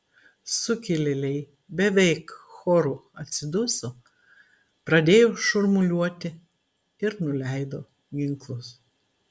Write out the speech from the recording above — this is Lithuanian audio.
sukilėliai beveik choru atsiduso pradėjo šurmuliuoti ir nuleido ginklus